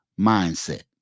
Mindset